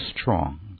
strong